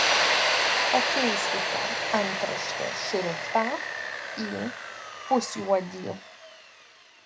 pakeiskite antraštės šriftą į pusjuodį